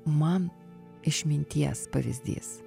man išminties pavyzdys